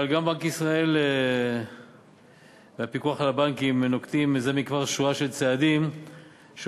אבל גם בנק ישראל והפיקוח על הבנקים נוקטים זה מכבר שורה של צעדים שנועדו